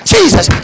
Jesus